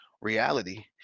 reality